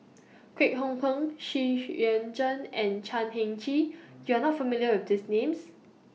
Kwek Hong Png Xu Yuan Zhen and Chan Heng Chee YOU Are not familiar with These Names